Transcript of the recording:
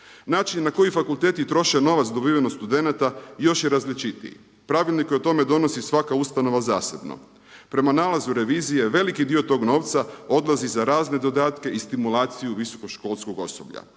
Način na koji fakulteti troše novac dobiven od studenata još je različitiji. Pravilnik o tome donosi svaka ustanova zasebno. Prema nalazu revizije veliki dio tog novca odlazi za razne dodatke i stimulaciju visoko školskog osoblja.